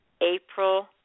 April